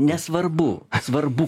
nesvarbu svarbu